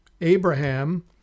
Abraham